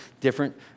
different